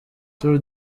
tour